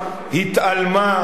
התעלמה,